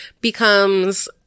becomes